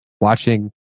watching